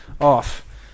off